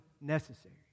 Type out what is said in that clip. necessary